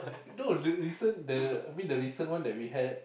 no the recent the I mean the recent one that we had